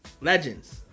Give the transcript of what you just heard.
Legends